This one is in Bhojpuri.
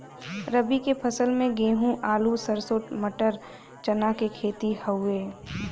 रबी के फसल में गेंहू, आलू, सरसों, मटर, चना के खेती हउवे